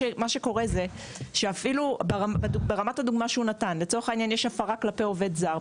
שקורה זה שיש הפרה כלפי עובד זר,